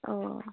अ